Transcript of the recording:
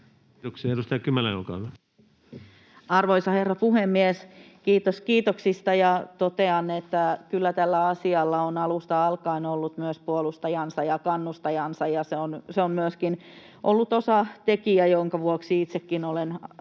Kiitoksia. — Edustaja Kymäläinen, olkaa hyvä. Arvoisa herra puhemies! Kiitos kiitoksista, ja totean, että kyllä tällä asialla on alusta alkaen ollut myös puolustajansa ja kannustajansa ja se on myöskin ollut osatekijä, jonka vuoksi itsekin olen